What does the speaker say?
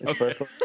Okay